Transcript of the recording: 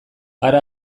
hara